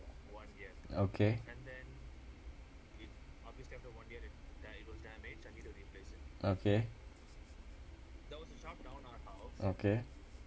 okay okay okay